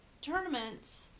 tournaments